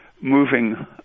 moving